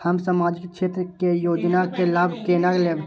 हम सामाजिक क्षेत्र के योजना के लाभ केना लेब?